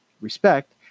respect